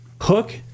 hook